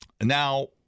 Now